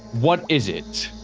what is it?